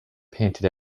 painted